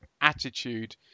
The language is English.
attitude